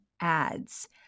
ads